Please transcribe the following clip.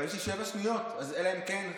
אבל יש לי שבע שניות, אלא אם כן,